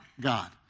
God